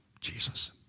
Jesus